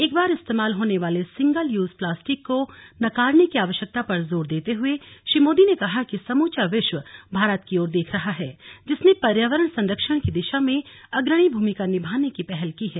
एक बार इस्तेमाल होने वाले सिंगल यूज प्लास्टिक को नकारने की आवश्यकता पर जोर देते हुए श्री मोदी ने कहा कि समूचा विश्व भारत की ओर देख रहा है जिसने पर्यावरण संरक्षण की दिशा में अग्रणी भूमिका निभाने की पहल की है